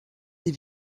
des